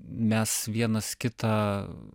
mes vienas kitą